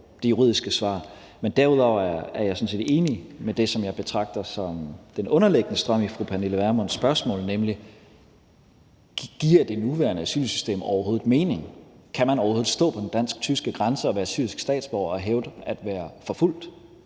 Men derudover er jeg sådan set enig i det, som jeg betragter som den underliggende strøm i fru Pernille Vermunds spørgsmål, nemlig om det nuværende asylsystem overhovedet giver mening. Kan man overhovedet stå på den dansk-tyske grænse og være syrisk statsborger og hævde at være forfulgt?